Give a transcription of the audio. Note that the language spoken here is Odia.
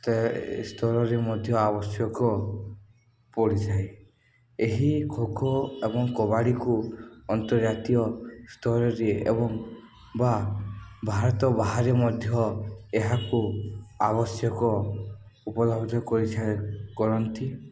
ସ୍ତରରେ ମଧ୍ୟ ଆବଶ୍ୟକ ପଡ଼ିଥାଏ ଏହି ଖୋଖୋ ଏବଂ କବାଡ଼ିକୁ ଅନ୍ତର୍ଜାତୀୟ ସ୍ତରରେ ଏବଂ ବା ଭାରତ ବାହାରେ ମଧ୍ୟ ଏହାକୁ ଆବଶ୍ୟକ ଉପଲବ୍ଧ କରିଥାନ୍ତି କରନ୍ତି